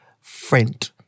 friend